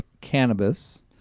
cannabis